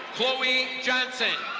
chloe johnson.